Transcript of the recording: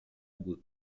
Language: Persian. بود